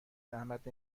زحمت